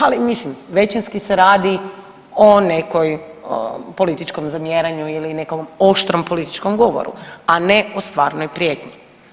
Ali mislim većinski se radi o nekom političkom zamjeranju ili nekom oštrom političkom govoru, a ne o stvarnoj prijetnji.